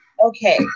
okay